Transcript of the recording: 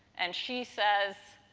and, she says,